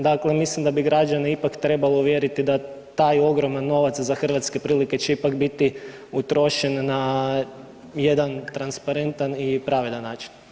Dakle, mislim da bi građane ipak trebali uvjeriti da taj ogroman novac za hrvatske prilike će ipak biti utrošen na jedan transparentan i pravedan način.